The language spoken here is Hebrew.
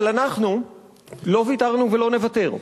אבל אנחנו לא ויתרנו ולא נוותר.